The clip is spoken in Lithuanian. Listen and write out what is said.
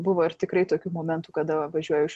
buvo ir tikrai tokių momentų kada važiuoju iš